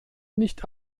nicht